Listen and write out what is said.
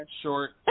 short